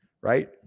right